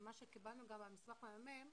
מה שקיבלנו גם במסמך מהממ"מ,